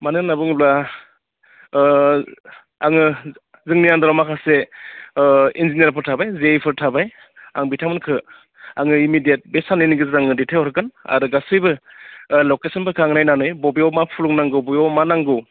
मानो होनना बुङोब्ला आङो जोंनि आन्डाराव माखासे इन्जिनियारफोर थाबाय जिआइफोर थाबाय आं बिथांमोनखौ आङो इमिडियेट बे साननैनि गेजेराव आङो दैथाय हरगोन आरो गासैबो ओ लकेसनफोरखो आं नायनानै बबेयाव मा फुलुं नांगौ बबेयाव मा नांगौ